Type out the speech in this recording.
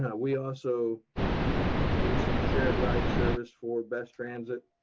kind of we also do some shared ride service for best transit